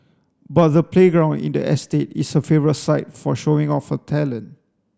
but the playground in the estate is her favourite site for showing off her talent